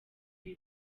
ibi